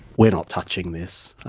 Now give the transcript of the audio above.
we're not touching this.